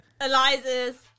Eliza's